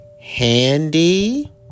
Handy